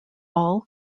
all